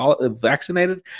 vaccinated